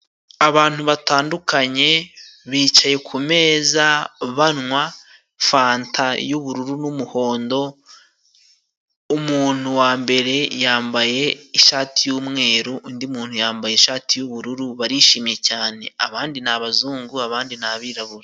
Abantu batandukanye bicaye ku meza banywa fanta y'ubururu n'umuhondo. Umuntu wa mbere yambaye ishati y'umweru, undi muntu yambaye ishati y'ubururu barishimye cyane, abandi ni abazungu, abandi ni abirabura.